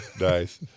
Nice